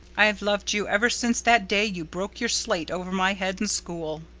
i've loved you ever since that day you broke your slate over my head in school.